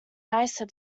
nicer